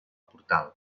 portal